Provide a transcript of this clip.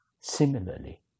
Similarly